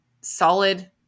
solid